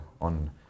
on